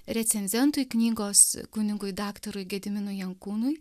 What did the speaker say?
recenzentui knygos kunigui daktarui gediminui jankūnui